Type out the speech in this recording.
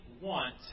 want